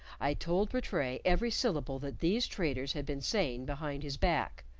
i told rattray every syllable that these traitors had been saying behind his back,